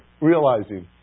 realizing